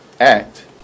Act